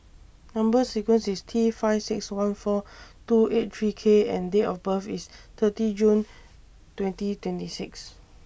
Number sequence IS T five six one four two eight three K and Date of birth IS thirty June twenty twenty six